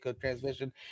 Transmission